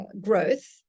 growth